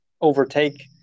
overtake